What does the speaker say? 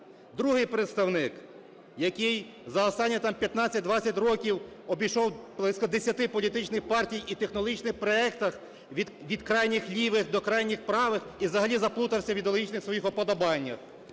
Другий представник, який за останні там 15-20 років обійшов близько 10 політичних партій і технологічних проектів, від крайніх лівих до крайніх правих, і взагалі заплутався в ідеологічних своїх уподобаннях.